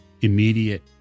immediate